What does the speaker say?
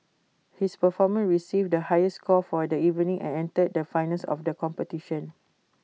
his performance received the highest score for the evening and entered the finals of the competition